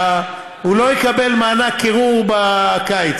הוא לא יקבל מענק קירור בקיץ.